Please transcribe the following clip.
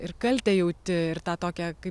ir kaltę jauti ir tą tokią kaip